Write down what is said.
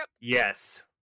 Yes